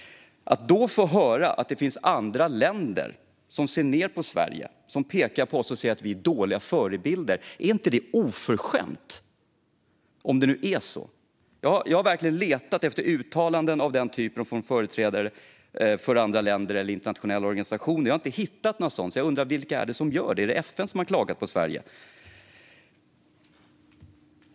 Att då få höra att det finns andra länder som ser ned på Sverige, som pekar på oss och säger att vi är dåliga förebilder: Är inte det oförskämt, om det nu är så. Jag har verkligen letat efter uttalanden av den typen från företrädare från andra länder eller internationella organisationer. Jag har inte hittat något sådant. Jag undrar: Vilka är det som gör det? Är det FN som har klagat på Sverige?